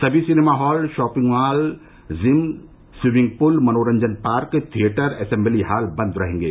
सभी cinema hall shopping mall gym swimming pool मनोरंजन park theatre assembly hall बन्द रहेंगे